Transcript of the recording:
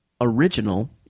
original